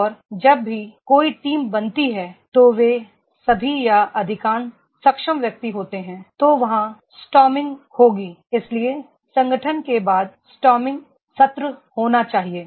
और जब भी कोई टीम बनती है तो वे सभी या अधिकांश सक्षम व्यक्ति होते हैं तो वहां स्टॉ र्मिंग होगी इसलिए गठन के बाद स्टॉ र्मिंग सत्र होना चाहिए